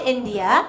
India